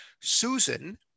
Susan